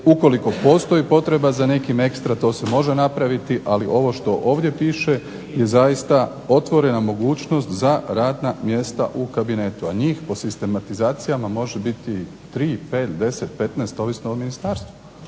Ukoliko postoji potreba za nekim ekstra to se može napraviti ali ovo što ovdje piše je zaista otvorena mogućnost za radna mjesta u kabinetu. A njih po sistematizacijama može biti 3., 5., 10., 15. ovisno o ministarstvu.